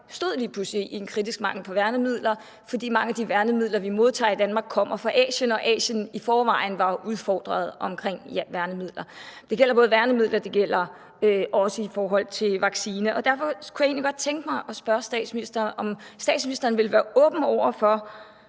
lige pludselig stod med en kritisk mangel på værnemidler, fordi mange af de værnemidler, vi modtager i Danmark, kommer fra Asien og Asien i forvejen var udfordret omkring værnemidler. Det gælder både værnemidler, og det gælder også i forhold til vaccine. Derfor kunne jeg egentlig godt tænke mig at spørge statsministeren, om statsministeren vil være åben over for,